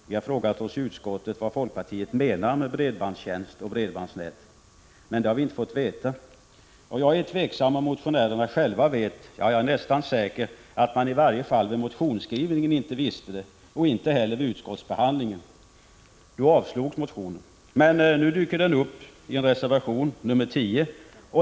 Vi har i utskottet frågat oss vad folkpartiet menar med bredbandstjänst och bredbandsnät. Men det har vi inte fått veta. Jag tvivlar på att motionärerna själva vet det. Jag är nästan säker på att de i varje fall vid motionsskrivningen inte visste det och inte heller vid utskottsbehandlingen. Där avstyrktes motionen. Men nu dyker den upp i reservation 10.